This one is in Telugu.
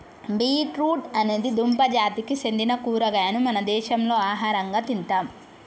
బీట్ రూట్ అనేది దుంప జాతికి సెందిన కూరగాయను మన దేశంలో ఆహరంగా తింటాం